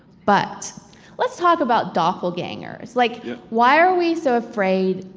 but let's talk about doppelgangers. like why are we so afraid,